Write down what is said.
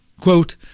quote